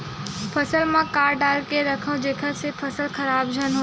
फसल म का डाल के रखव जेखर से फसल खराब झन हो?